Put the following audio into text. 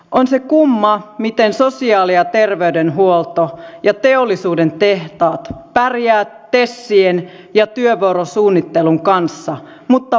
on se kumma miten sosiaali ja terveydenhuolto ja teollisuuden tehtaat pärjäävät tesien ja työvuorosuunnittelun kanssa mutta posti ei